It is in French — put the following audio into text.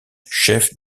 chef